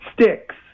sticks